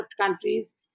countries